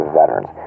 veterans